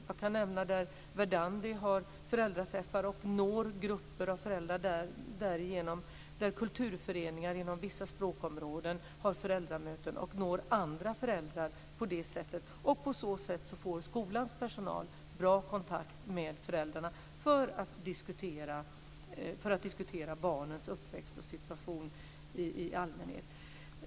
Jag kan där nämna att Verdandi har föräldraträffar och når därigenom grupper av föräldrar. Kulturföreningar inom vissa språkområden har föräldramöten och når på det sättet andra föräldrar. På så sätt får skolans personal bra kontakt med föräldrarna för att diskutera barnens uppväxt och situation i allmänhet.